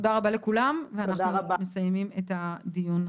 תודה רבה לכולם ואנחנו מסיימים את הדיון.